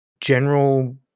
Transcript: general